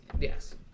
Yes